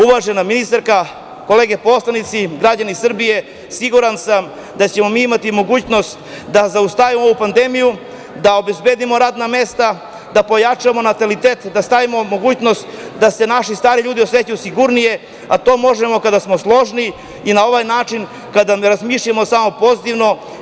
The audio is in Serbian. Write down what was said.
Uvažena ministarka, kolege poslanici, građani Srbije, siguran sam da ćemo mi imati mogućnost da zaustavimo ovu pandemiju, da obezbedimo radna mesta, da pojačamo natalitet i da omogućimo da se naši stari ljudi osećaju sigurnije, a to možemo kada smo složni i na ovaj način, kada razmišljamo samo pozitivno.